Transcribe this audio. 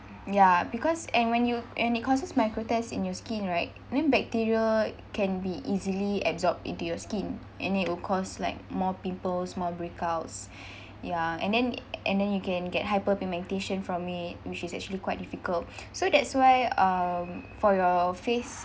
ya because and when you when it causes microtears in your skin right and then bacteria can be easily absorbed into your skin and it'll cause like more pimples more breakouts ya and then it and then you can get hyperpigmentation from it which is actually quite difficult so that's why um for your face